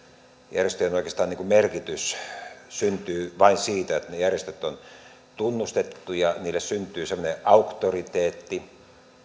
järjestöjen merkitys syntyy vain siitä että ne järjestöt ovat tunnustettuja niille syntyy semmoinen auktoriteetti